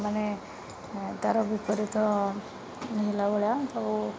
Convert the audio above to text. ମାନେ ତା'ର ବିପରୀତ ହେଲାଭଳିଆ ତାକୁ